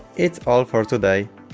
it's all for today